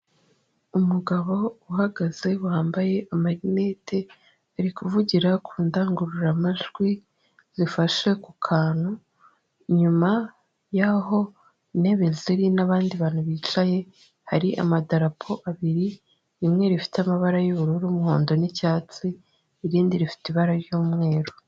Umugabo uhagaze wambaye amarinete ari kuvugira ku ndangururamajwi zifashe ku kantu nyuma yaho intebe ziri n'abandi bantu bicaye, hari amadapo abiri rimwe rifite amabara y'ubururu'umuhondo n'icyatsi, irindi rifite ibara ry'umweru.